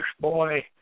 boy